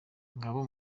ngabo